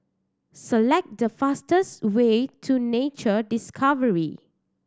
select the fastest way to Nature Discovery